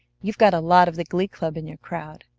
you've got a lot of the glee club in your crowd.